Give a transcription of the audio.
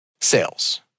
Sales